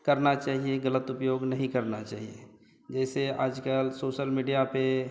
करना चाहिए ग़लत उपयोग नहीं करना चाहिए जैसे आजकल सोसल मीडिया पर